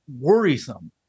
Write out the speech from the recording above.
worrisome